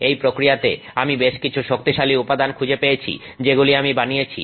এই প্রক্রিয়াতে আমি বেশ কিছু শক্তিশালী উপাদান খুঁজে পেয়েছি যেগুলি আমি বানিয়েছি